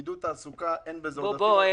עידוד תעסוקה אין בזה עודפים.